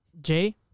Jay